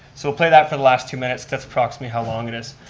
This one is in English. so play that for the last two minutes, that's approximately how long it is.